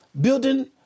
Building